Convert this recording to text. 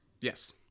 Yes